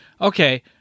Okay